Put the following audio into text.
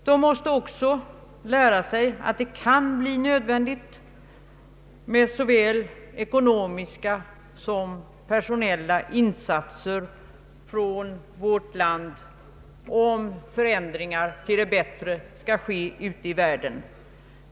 De måste också lära sig att det kan bli nödvändigt med såväl ekonomiska som personella insatser av vårt land, om förändringar till det bättre skall ske ute i världen.